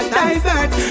divert